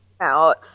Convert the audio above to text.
out